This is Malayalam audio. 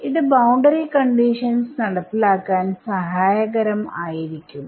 ഇത് ബൌണ്ടറി കണ്ടിഷൻസ് നടപ്പിലാക്കാൻ സഹായകരം ആയിരിക്കും